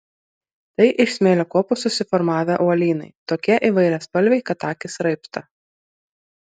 tai iš smėlio kopų susiformavę uolynai tokie įvairiaspalviai kad akys raibsta